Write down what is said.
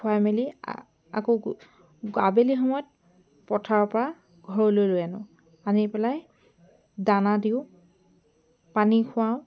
খোৱাই মেলি আ আকৌ আবেলি সময়ত পথাৰৰ পৰা ঘৰলৈ লৈ আনো আনি পেলাই দানা দিওঁ পানী খোৱাওঁ